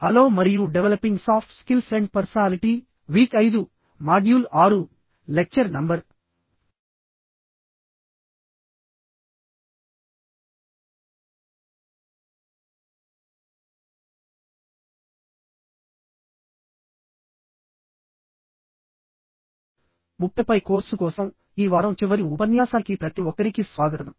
hello మరియు developing soft skills and personality week 5 module 6 lecture number 30 పై course కోసం ఈ వారం చివరి ఉపన్యాసానికి ప్రతి ఒక్కరికీ స్వాగతం